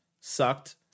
sucked